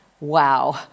Wow